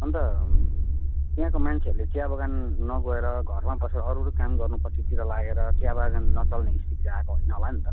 अन्त त्यहाँको मान्छेहरूले चिया बगान नगएर घरमा बसेर अरू अरू काम गर्नुपट्टितिर लागेर चिया बागान नचल्ने स्थिति आएको होइन होला नि त